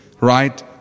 right